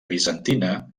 bizantina